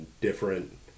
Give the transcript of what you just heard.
different